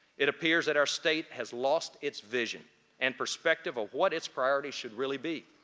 it appears that our state has lost its vision and perspective of what its priorities should really be.